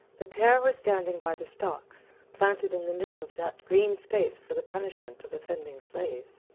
the pair were standing by the stocks, planted in the middle of that green space for the punishment of offending slaves.